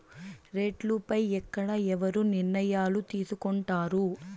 రేట్లు పై ఎక్కడ ఎవరు నిర్ణయాలు తీసుకొంటారు?